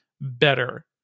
better